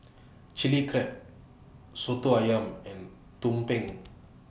Chilli Crab Soto Ayam and Tumpeng